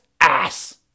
ass